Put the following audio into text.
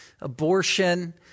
abortion